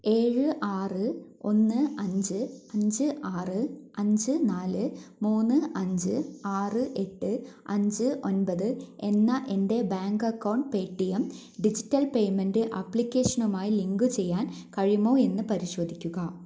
ഏഴ് ആറ് ഒന്ന് അഞ്ച് അഞ്ച് ആറ് അഞ്ച് നാല് മൂന്ന് അഞ്ച് ആറ് എട്ട് അഞ്ച് ഒൻപത് എന്ന എൻ്റെ bank account Paytm digital payment ആപ്ലിക്കേഷനുമായി ലിങ്കുചെയ്യാൻ കഴിയുമോ എന്ന് പരിശോധിക്കുക